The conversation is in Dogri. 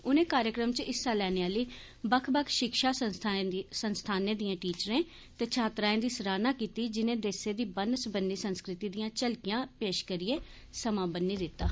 उनें कार्यक्रम च हिस्सा लैने आली बक्ख बक्ख षिक्षा संस्थानें दिएं टीचरें ते छात्राएं दी सराहना कीती जिनें देसै दी बन्नी सब्बनी संस्कृति दियां झलकियां पेष करियै समां बन्नी दित्ता